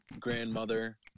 grandmother